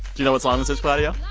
you know what song this is, claudio?